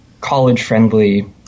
college-friendly